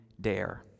dare